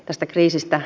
tästä kriisistä